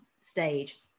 stage